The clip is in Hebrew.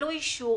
וקבלו אישור